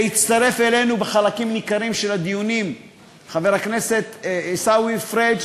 והצטרף אלינו בחלקים ניכרים של הדיונים חבר הכנסת עיסאווי פריג',